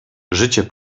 życie